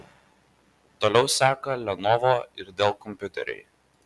toliau seka lenovo ir dell kompiuteriai